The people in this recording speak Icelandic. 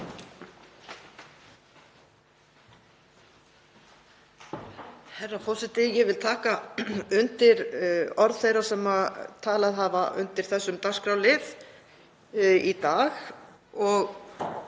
Herra forseti. Ég vil taka undir orð þeirra sem talað hafa undir þessum lið í dag.